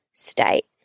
state